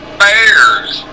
bears